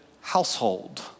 household